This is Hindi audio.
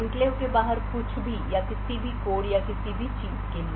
एन्क्लेव के बाहर कुछ भी या किसी भी कोड या किसी भी चीज़ के लिए